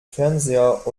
fernseher